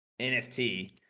NFT